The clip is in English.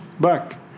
back